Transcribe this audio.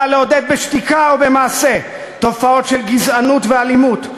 לעודד בשתיקה או במעשה תופעות של גזענות ואלימות,